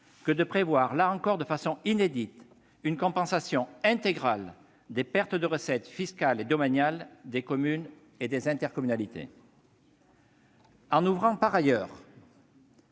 que de prévoir, là encore de façon inédite, une compensation intégrale des pertes de recettes fiscales et domaniales des communes et intercommunalités. En ouvrant par ailleurs